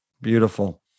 Beautiful